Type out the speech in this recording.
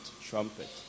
trumpet